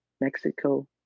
Mexico